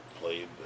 played